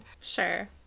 Sure